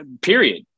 period